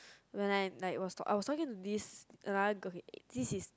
when I like was I was talking this another topic this is